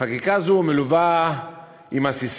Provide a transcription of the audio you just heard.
חקיקה זו מלווה בססמה